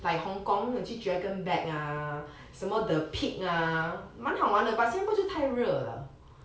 like hong kong 我去 dragon back ah 什么 the peak ah 蛮好玩的 but 新加坡就太热 le